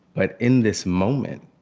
but in this moment,